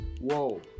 Whoa